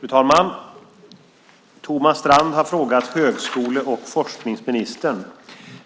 Fru talman! Thomas Strand har frågat högskole och forskningsministern